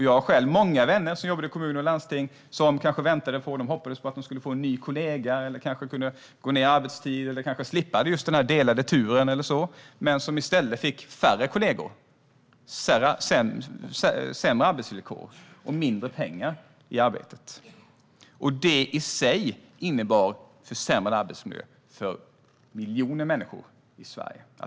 Jag har själv många vänner som jobbade i kommun och landsting och som hoppades på att de skulle få en ny kollega, kanske skulle kunna gå ned i arbetstid eller kanske slippa den delade turen men som i stället fick färre kollegor, sämre arbetsvillkor och mindre pengar i arbetet. Det i sig innebar försämrad arbetsmiljö för miljoner människor i Sverige.